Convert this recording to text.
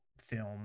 film